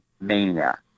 Mania